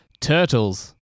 Turtles